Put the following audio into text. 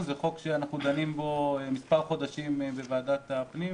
זה חוק שאנחנו דנים בו מספר חודשים בוועדת הכספים,